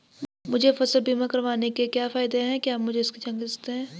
मुझे फसल बीमा करवाने के क्या फायदे हैं क्या आप मुझे इसकी जानकारी दें सकते हैं?